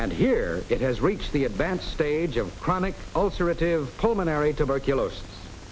and here it has reached the advanced stage of chronic ulcer it is of pulmonary tuberculosis